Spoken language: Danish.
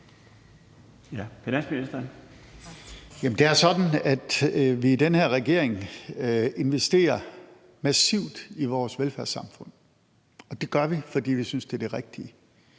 Det er sådan, at vi i den her regering investerer massivt i vores velfærdssamfund, og det gør vi, fordi vi synes, det er det rigtige.